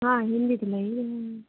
हाँ हिन्दी तो लेंगे हीं मैम